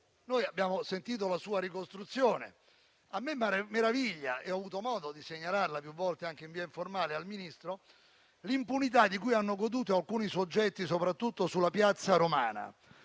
Abbiamo sentito la sua ricostruzione, signor Ministro, e mi meraviglia, come ho avuto modo di segnalarle più volte anche in via informale, l'impunità di cui hanno goduto alcuni soggetti, soprattutto sulla piazza romana.